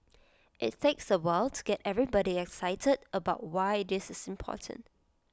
IT takes A while to get everybody excited about why this is important